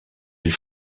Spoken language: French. elle